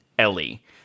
Ellie